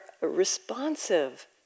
responsive